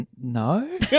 No